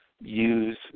use